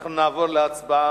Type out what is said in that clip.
נעבור להצבעה.